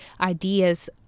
ideas